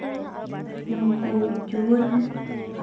ᱱᱩᱠᱩ ᱡᱩᱣᱟᱹᱱ